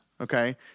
okay